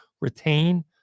retain